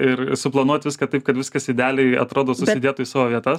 ir suplanuot viską taip kad viskas idealiai atrodo susidėtų į savo vietas